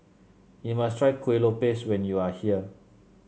you must try Kueh Lopes when you are here